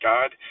God